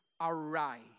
arise